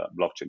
blockchain